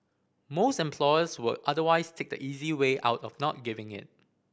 most employers will otherwise take the easy way out of not giving it